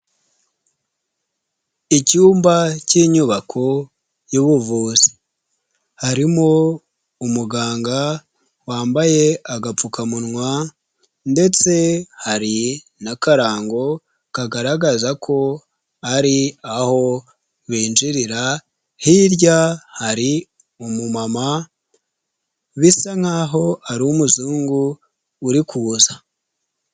Icyumba cy'inyubako y'ubuvuzi, harimo umuganga wambaye agapfukamunwa ndetse hari n'akarango kagaragaza ko hari aho binjirira, hirya hari umumama bisa nk'aho ari umuzungu urikuza.